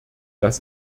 das